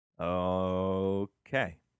Okay